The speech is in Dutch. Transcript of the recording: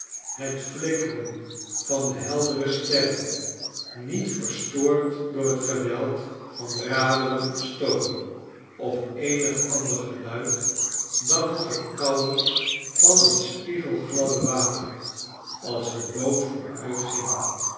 het flikkeren van de heldere sterren niet verstoord door t geweld van raderen of stoom of eenig ander geluid dan t gekabbel van t spiegelgladde water als de boot vooruitging